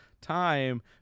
time